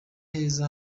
heza